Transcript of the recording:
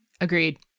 Agreed